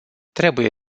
trebuie